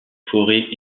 forêts